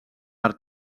per